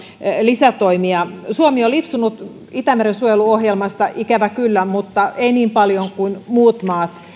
lisätoimia suomi on lipsunut itämeren suojeluohjelmasta ikävä kyllä mutta ei niin paljon kuin muut maat